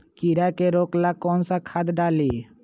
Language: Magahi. कीड़ा के रोक ला कौन सा खाद्य डाली?